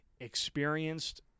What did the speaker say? experienced